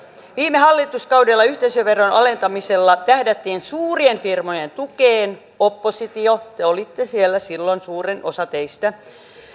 viime hallituskaudella yhteisöveron alentamisella tähdättiin suurien firmojen tukeen oppositio te olitte siellä silloin suurin osa teistä